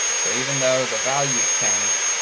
so even though the values change,